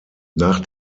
nach